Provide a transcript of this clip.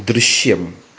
ദൃശ്യം